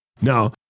Now